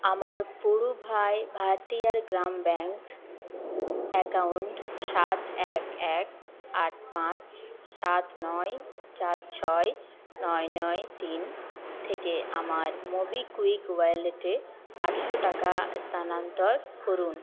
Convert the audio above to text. আমার Puduvai Bharathiar Grama bank account সাত এক এক আট পাঁচ সাত নয় চার ছয় নয় নয় তিন থেকে আমার মোবিকুইক ওয়ালেটে আটশো টাকা স্থানান্তর করুন